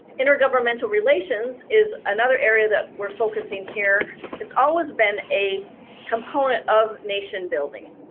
intergovernmental relations is another area that we're focusing here. it's always been a component of nation building.